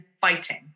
fighting